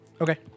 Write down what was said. Okay